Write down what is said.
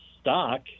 stock